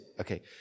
okay